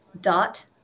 dot